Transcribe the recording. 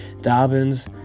Dobbins